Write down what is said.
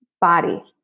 body